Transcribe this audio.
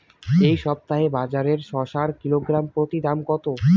এই সপ্তাহে বাজারে শসার কিলোগ্রাম প্রতি দাম কত?